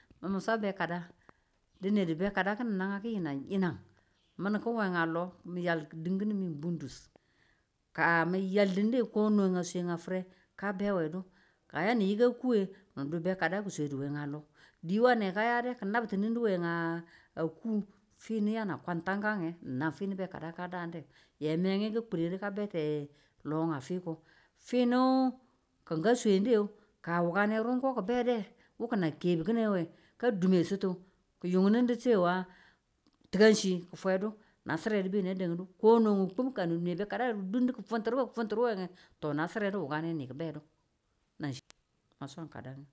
mi̱n mi̱ swa be kada dine be kada ki̱nin nagangu yinang yinang min we ki̱n we a lo mi yal dinkin mi ng bundus. ka mi yal dinde kono a swe a fere ka bemine du. ka ya niyika ku nge ni du beka ki̱ sweda a lo. diwu a ne ka yade ki nabtinin we a ku finu ni kwa tanka nge na fi bekada ka dande. ka me ka kune du ka bete lo a fiko. finu kin ka swede ka wukane runko ki̱ bede wu ki̱n a kebu ki̱nin nge ka dume chitu ki̱ yunnu chewa ti̱kanchi ki̱ fwedu na chire du me na dandu kono kum ka ni nwe bekada ki̱ funtunu we ki funtunuwe ye, to na chire du wukane ni ki̱ bedu nachi ayo ma swan kada nge.